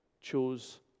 chose